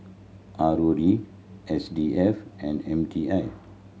R O D S D F and M T I